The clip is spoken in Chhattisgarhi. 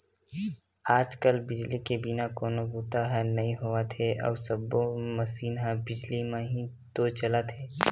आज कल बिजली के बिना कोनो बूता ह नइ होवत हे अउ सब्बो मसीन ह बिजली म ही तो चलत हे